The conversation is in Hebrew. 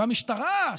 והמשטרה,